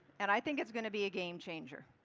and i think it's going to be a game changer.